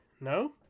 No